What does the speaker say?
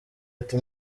ati